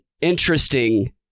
interesting